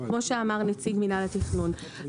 שאמר נציג מינהל התכנון,